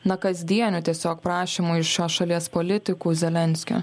na kasdienių tiesiog prašymų iš šios šalies politikų zelenskio